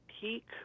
peak